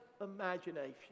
imagination